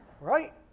Right